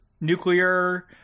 nuclear